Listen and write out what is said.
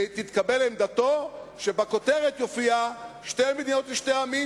ותתקבל עמדתו שבכותרת יופיע "שתי מדינות לשתי העמים",